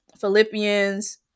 philippians